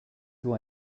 who